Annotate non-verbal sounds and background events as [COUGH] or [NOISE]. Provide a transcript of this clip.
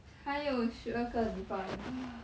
[NOISE] 还有十二个礼拜 !hais!